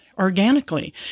organically